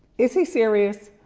is he serious?